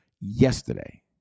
Yesterday